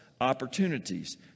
opportunities